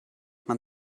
man